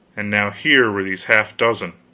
and now here were these half dozen,